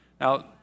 Now